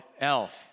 Elf